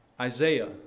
Isaiah